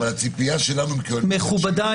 והציפייה שלנו היא --- מכובדיי,